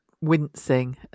wincing